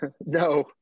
No